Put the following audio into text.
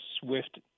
SWIFT